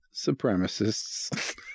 supremacists